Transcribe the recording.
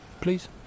please